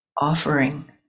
offering